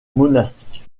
monastique